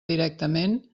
directament